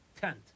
tent